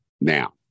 now